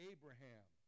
Abraham